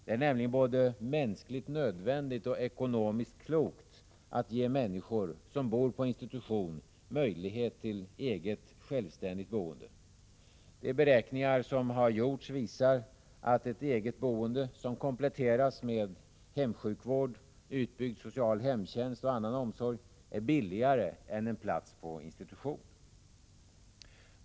Det är nämligen både mänskligt nödvändigt och ekonomiskt klokt att ge människor som bor på institution möjlighet till eget självständigt boende. De beräkningar som har gjorts visar att ett eget boende som kompletteras med hemsjukvård, utbyggd social hemtjänst och annan omsorg är billigare än en plats på institution.